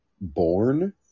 born